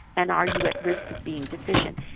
and are you at risk of being deficient?